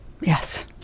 Yes